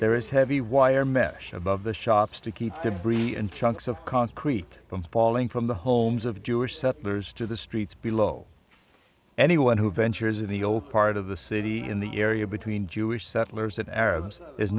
there is heavy wire mesh above the shops to keep debris and chunks of concrete from falling from the homes of jewish settlers to the streets below anyone who ventures in the old part of the city in the area between jewish settlers and arabs is